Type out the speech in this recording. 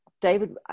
David